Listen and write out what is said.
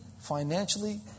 financially